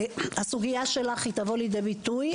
הסוגיה שלך היא תבוא לידי ביטוי,